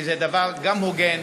כי זה דבר גם הוגן